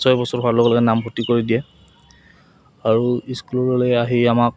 ছয় বছৰ হোৱাৰ লগে লগে নামভৰ্তি কৰি দিয়ে আৰু স্কুললৈ আহি আমাক